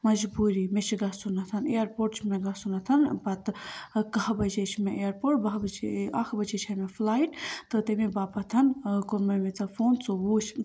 مجبوٗری مےٚ چھُ گَژھُن اِیَرپورٹ چھُ مےٚ گَژھُن پَتہٕ ٲں کاہہ بجے چھُ مےٚ اِیَرپورٹ باہہ بَجے اَکھ بَجے چھِ مےٚ فٕلایِٹ تہٕ تَمے باپَتھ ٲں کوٚرٕے مےٚ ژےٚ فون ژٕ وُچھ